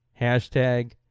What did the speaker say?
hashtag